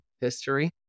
history